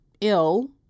ill